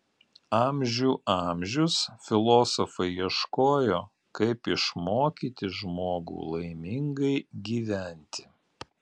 amžių amžius filosofai ieškojo kaip išmokyti žmogų laimingai gyventi